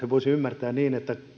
voisi ymmärtää niin että kun nyt menee